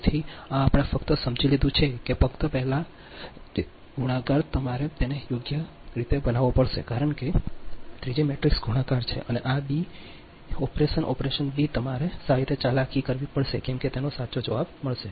તેથી આ આપણે ફક્ત સમજી લીધું છે કે ફક્ત તે પહેલાં ફક્ત તે જ છે કે આ ગુણાકાર તમારે તેને યોગ્ય રીતે બનાવવો પડશે કારણ કે 3 જી 3 મેટ્રિક્સ ગુણાકાર છે અને આ બી ઓપરેશન ઓપરેશન બી તમારે વધુ સારી રીતે ચાલાકી કરવી પડશે જેમ કે તમને આ સાચો જવાબ મળશે